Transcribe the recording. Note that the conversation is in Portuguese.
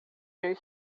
tia